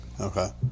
Okay